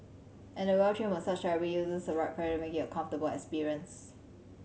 and the well trained massage therapist uses the right pressure to make it a comfortable experience